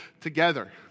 together